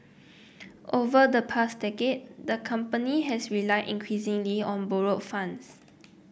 over the past decade the company has relied increasingly on borrowed funds